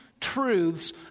truths